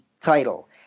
title